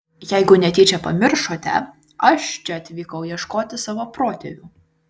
jeigu netyčia pamiršote aš čia atvykau ieškoti savo protėvių